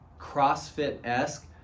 CrossFit-esque